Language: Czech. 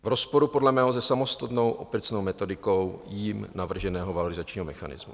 V rozporu podle mého se samostatnou obecnou metodikou jím navrženého valorizačního mechanismu.